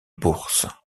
bourses